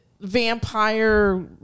vampire